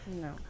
No